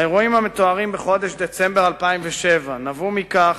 האירועים המתוארים בחודש דצמבר 2007 נבעו מכך